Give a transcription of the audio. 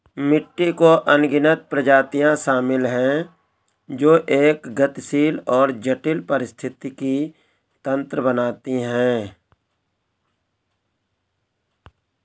मिट्टी में अनगिनत प्रजातियां शामिल हैं जो एक गतिशील और जटिल पारिस्थितिकी तंत्र बनाती हैं